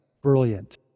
brilliant